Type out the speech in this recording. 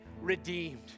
redeemed